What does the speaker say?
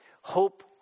hope